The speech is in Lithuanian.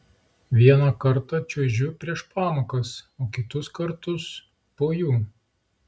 vieną kartą čiuožiu prieš pamokas o kitus kartus po jų